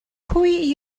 pwy